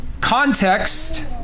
context